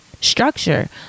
structure